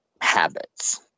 Habits